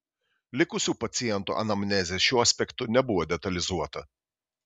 likusių pacientų anamnezė šiuo aspektu nebuvo detalizuota